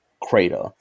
crater